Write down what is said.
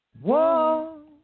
Whoa